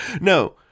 No